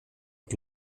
att